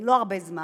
לא הרבה זמן,